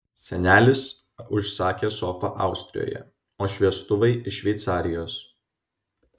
senelis užsakė sofą austrijoje o šviestuvai iš šveicarijos